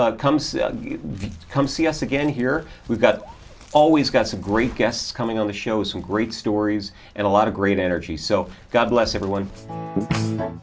and comes come see us again here we've got always got some great guests coming on the show some great stories and a lot of great energy so god bless everyone in